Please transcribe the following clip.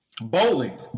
bowling